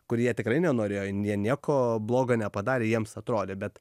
kurie tikrai nenorėjo jie jie nieko bloga nepadarė jiems atrodė bet